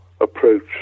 approach